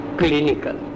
clinical